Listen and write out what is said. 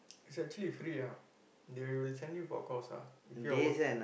it's actually free ah they will send you for course ah if you are work